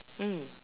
mm